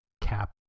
cap